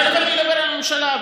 תכף נדבר על הממשלה.